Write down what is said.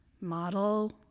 model